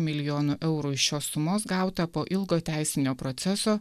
milijonų eurų iš šios sumos gauta po ilgo teisinio proceso